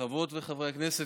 חברות וחברי הכנסת,